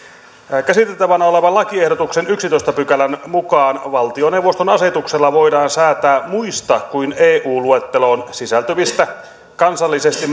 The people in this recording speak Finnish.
käsiteltävänä olevan lakiehdotuksen yhdennentoista pykälän mukaan valtioneuvoston asetuksella voidaan säätää muista kuin eu luetteloon sisältyvistä kansallisesti